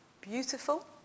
beautiful